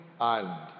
island